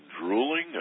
drooling